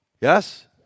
Yes